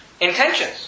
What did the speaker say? Intentions